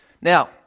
Now